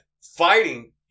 fighting